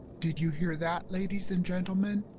did you hear that, ladies and gentlemen?